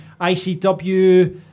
ICW